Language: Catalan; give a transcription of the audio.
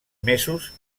mesos